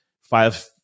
five